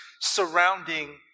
Surrounding